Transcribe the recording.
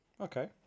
Okay